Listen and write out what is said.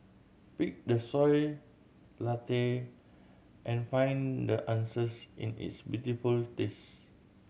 pick the Soy Latte and find the answers in its beautiful taste